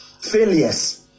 failures